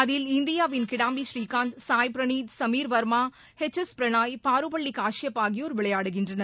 அதில் இந்தியாவின் Kidambi Srikanth Sai Praneeth Sameer Verma H S Prannoy Parupalli Kashyap ஆகியோர் விளையாடுகின்றனர்